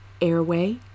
airway